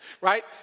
right